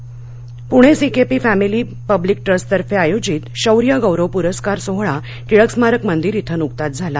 गौरव सोहळा पूणे सीकेपी फांडिली पब्लिक ट्रस्टतफें आयोजित शौर्य गौरव पुरस्कार सोहळा टिळक स्मारक मंदीर इथे नुकताच झाला